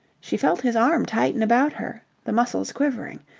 she felt his arm tighten about her, the muscles quivering.